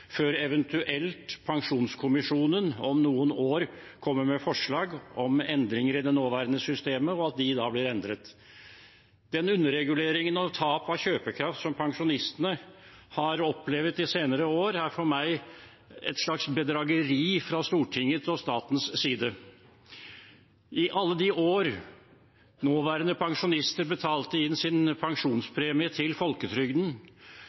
før eventuelt pensjonskommisjonen om noen år kommer med forslag om endringer i det nåværende systemet, og at det da blir endret. Den underreguleringen og det tap av kjøpekraft som pensjonistene har opplevd de senere år, er for meg et slags bedrageri fra Stortinget og statens side. I alle de år nåværende pensjonister betalte inn sin pensjonspremie til folketrygden,